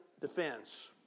defense